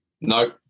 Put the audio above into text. No